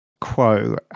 Quo